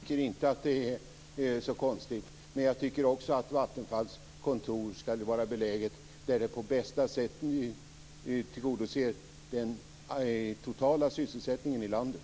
Fru talman! Nej, jag tycker inte att det är så konstigt, men jag tycker också att Vattenfalls kontor skall vara beläget där det på bästa sätt tillgodoser den totala sysselsättningen i landet.